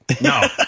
No